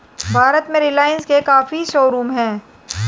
भारत में रिलाइन्स के काफी शोरूम हैं